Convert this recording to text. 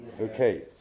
okay